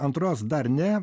antros dar ne